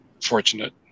fortunate